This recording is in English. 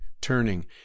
turning